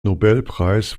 nobelpreis